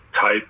type